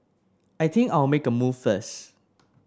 I think I'll make a move first